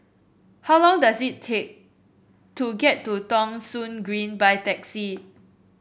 how long does it take to get to Thong Soon Green by taxi